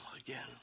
again